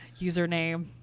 username